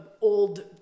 old